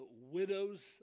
widows